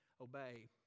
obey